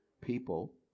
people